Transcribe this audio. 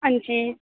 अंजी